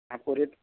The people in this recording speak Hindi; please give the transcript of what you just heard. आपको रेट